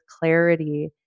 clarity